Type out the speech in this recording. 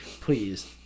Please